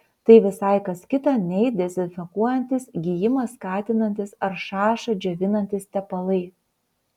tai visai kas kita nei dezinfekuojantys gijimą skatinantys ar šašą džiovinantys tepalai